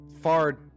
far